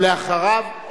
ולאחריו,